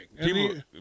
People